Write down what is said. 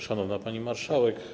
Szanowna Pani Marszałek!